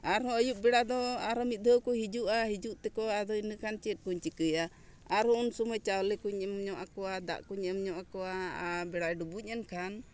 ᱟᱨᱦᱚᱸ ᱟᱭᱩᱵ ᱵᱮᱲᱟ ᱫᱚ ᱟᱨᱦᱚᱸ ᱢᱤᱫ ᱫᱷᱟᱣ ᱠᱚ ᱦᱤᱡᱩᱜᱼᱟ ᱦᱤᱡᱩᱜ ᱛᱮᱠᱚ ᱟᱫᱚ ᱤᱱᱟᱹᱠᱷᱟᱱ ᱪᱮᱫ ᱠᱚᱧ ᱪᱤᱠᱟᱹᱭᱟ ᱟᱨᱦᱚᱸ ᱩᱱ ᱥᱚᱢᱚᱭ ᱪᱟᱣᱞᱮ ᱠᱚᱧ ᱮᱢ ᱧᱚᱜ ᱟᱠᱚᱣᱟ ᱫᱟᱜ ᱠᱚᱧ ᱮᱢ ᱧᱚᱜ ᱟᱠᱚᱣᱟ ᱟᱨ ᱵᱮᱲᱟᱭ ᱰᱩᱵᱩᱡ ᱮᱱᱠᱷᱟᱱ